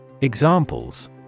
Examples